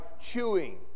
chewing